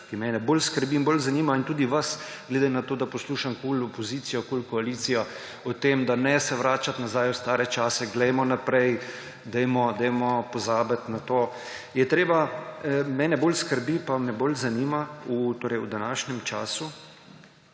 ki mene bolj skrbi in bolj zanima in tudi nas, glede na to, da poslušam KUL opozicijo−KUL koalicijo o tem, da ne se vračati nazaj v stare čase, glejmo naprej, pozabimo na to. Mene bolj skrbi, pa me bolj zanima, torej v današnjem času,